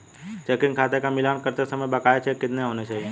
Checking खाते का मिलान करते समय बकाया चेक कितने होने चाहिए?